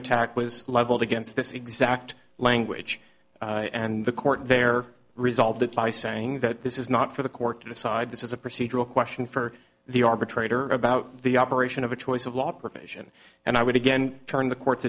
attack was leveled against this exact language and the court there resolved that by saying that this is not for the court to decide this is a procedural question for the arbitrator about the operation of the choice of law provision and i would again turn the court